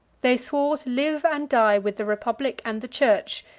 they swore to live and die with the republic and the church,